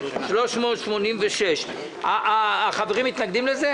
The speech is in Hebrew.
386. החברים מתנגדים לזה?